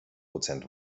prozent